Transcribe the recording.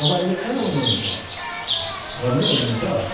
तपाईँ अहिले कहाँ हुनुहुन्छ घरमै हुनुहुन्छ